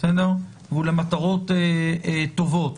עם מטרות טובות.